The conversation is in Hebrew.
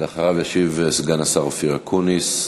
ואחריו ישיב סגן השר אופיר אקוניס.